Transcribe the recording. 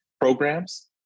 programs